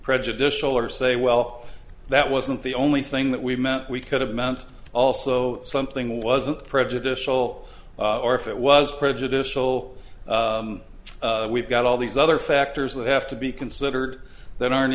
prejudicial or say wealth that wasn't the only thing that we meant we could have meant also something wasn't prejudicial or if it was prejudicial we've got all these other factors that have to be considered that aren't